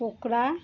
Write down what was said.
pakora